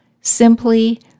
Simply